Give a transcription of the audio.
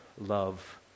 love